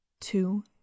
Two